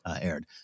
aired